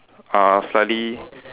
uh slightly